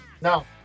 No